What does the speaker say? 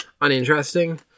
uninteresting